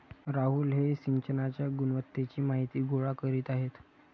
राहुल हे सिंचनाच्या गुणवत्तेची माहिती गोळा करीत आहेत